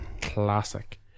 classic